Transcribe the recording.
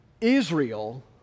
Israel